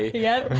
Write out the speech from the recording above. yeah, yeah,